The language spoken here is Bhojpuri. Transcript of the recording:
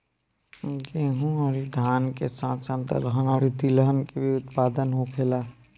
गेहूं अउरी धान के साथ साथ दहलन अउरी तिलहन के भी उत्पादन होखेला